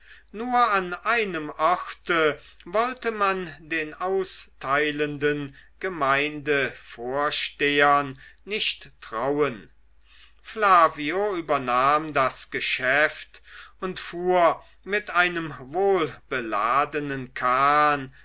nur an einem orte wollte man den austeilenden gemeindevorstehern nicht trauen flavio übernahm das geschäft und fuhr mit einem wohlbeladenen kahn